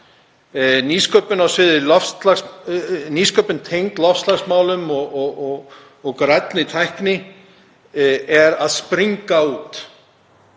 Nýsköpun tengd loftslagsmálum og grænni tækni er að springa út,